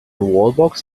wallbox